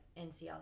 NCL